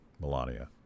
Melania